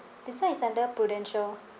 this one is under Prudential